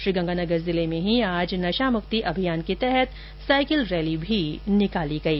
श्रीगंगानगर जिले में ही आज नशा मुक्ति अभियान के तहत साइकिल रैली भी निकाली गई